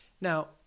now